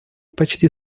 почти